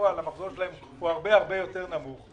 בפועל המחזור שלהן הוא הרבה יותר נמוך.